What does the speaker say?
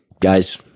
Guys